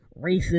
racist